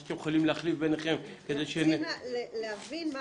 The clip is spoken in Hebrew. מה שאתם יכולים להחליף ביניכם כדי --- אנחנו צריכים להבין מה